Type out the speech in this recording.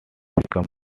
become